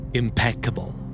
impeccable